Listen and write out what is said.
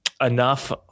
enough